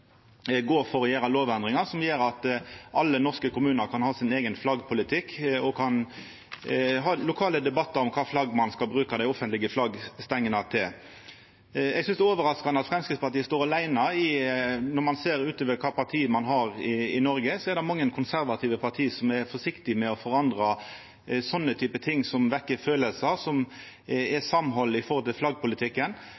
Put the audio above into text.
gå for å gjera lovendringar som gjer at alle norske kommunar kan ha sin eigen flaggpolitikk og kan ha lokale debattar om kva flagg ein skal bruka dei offentlege flaggstengene til. Eg synest det er overraskande at Framstegspartiet står aleine. Når ein ser utover, ser kva parti ein har i Noreg, er det mange konservative parti som er forsiktige med å forandra sånne typar ting som vekkjer følelsar, som